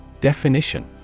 Definition